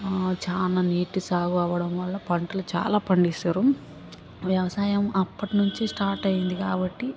చాలా నీటి సాగు అవడం వల్ల పంటలు చాలా పండిస్తుర్రు వ్యవసాయం అప్పటి నుంచి స్టార్ట్ అయ్యింది కాబట్టి